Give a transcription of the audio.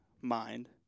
mind